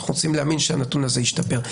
אנחנו רוצים להאמין שהנתון הזה ישתפר.